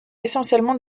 essentiellement